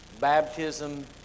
baptism